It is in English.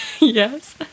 Yes